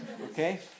Okay